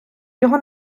його